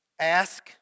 Ask